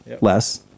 less